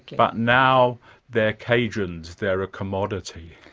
but now they're cajuns, they're a commodity.